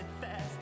fast